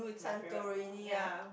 Santorini ah